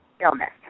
illness